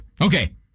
Okay